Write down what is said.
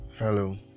Hello